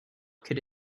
could